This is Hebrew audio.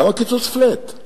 למה קיצוץ flat?